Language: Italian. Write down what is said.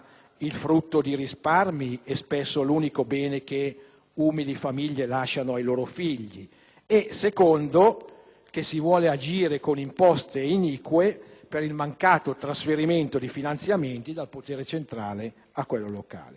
il frutto di risparmi - e spesso l'unico bene che umili famiglie lasciano in eredità ai figli - e in secondo luogo che si vuole agire con imposte inique per il mancato trasferimento di finanziamenti dal potere centrale a quello locale.